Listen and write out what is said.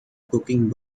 cooking